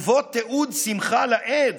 ובו תיעוד שמחה לאיד